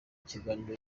kiganiro